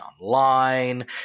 online